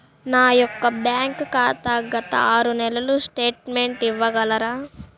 నా యొక్క బ్యాంక్ ఖాతా గత ఆరు నెలల స్టేట్మెంట్ ఇవ్వగలరా?